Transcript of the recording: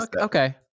Okay